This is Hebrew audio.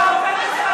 אדוני.